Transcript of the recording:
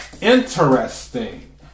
Interesting